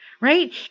right